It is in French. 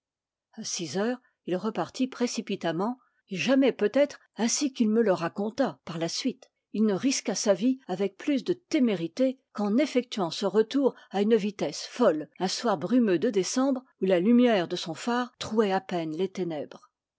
six heures il repartit précipitamment et jamais peut-être ainsi qu'il me le raconta par la suite il ne risqua sa vie avec plus de témérité qu'en effectuant ce retour à une vitesse folle un soir brumeux de décembre où la lumière de son phare trouait à peine les ténèbres